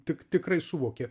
tik tikrai suvokė